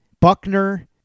Buckner